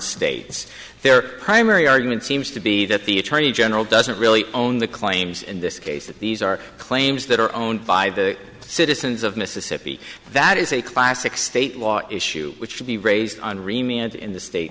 states their primary argument seems to be that the attorney general doesn't really own the claims in this case that these are claims that are owned by the citizens of mississippi that is a classic state law issue which should be raised and remained in the state